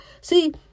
see